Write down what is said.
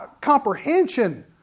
comprehension